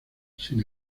sin